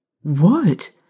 What